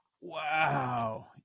Wow